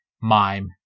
Mime